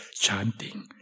chanting